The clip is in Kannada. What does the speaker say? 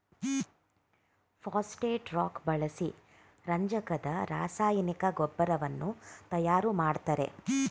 ಪಾಸ್ಪೆಟ್ ರಾಕ್ ಬಳಸಿ ರಂಜಕದ ರಾಸಾಯನಿಕ ಗೊಬ್ಬರವನ್ನು ತಯಾರು ಮಾಡ್ತರೆ